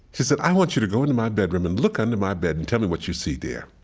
she said, i want you to go into my bedroom and look under my bed and tell me what you see there.